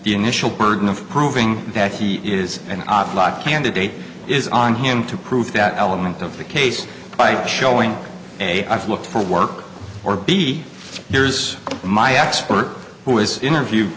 the initial burden of proving that he is an awful lot candidate is on him to prove that element of the case by showing a i've looked for work or b here's my expert who has interviewed